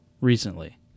recently